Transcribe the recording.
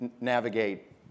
navigate